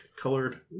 colored